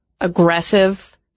aggressive